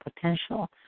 potential